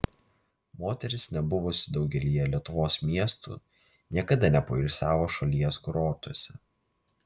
moteris nebuvusi daugelyje lietuvos miestų niekada nepoilsiavo šalies kurortuose